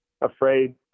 afraid